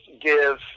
give